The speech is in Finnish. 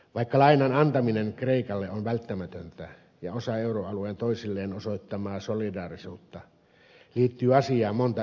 vaikka lainan antaminen kreikalle on välttämätöntä ja osa euroalueen toisilleen osoittamaa solidaarisuutta liittyy asiaan monta epävarmuustekijää